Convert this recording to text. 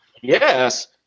Yes